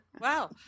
Wow